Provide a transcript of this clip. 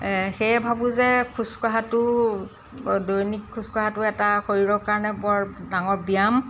সেয়ে ভাবোঁ যে খোজ কঢ়াটো দৈনিক খোজ কঢ়াটো এটা শৰীৰৰ কাৰণে বৰ ডাঙৰ ব্যায়াম